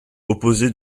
opposée